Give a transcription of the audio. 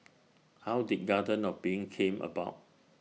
how did garden of being came about